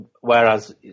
whereas